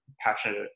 passionate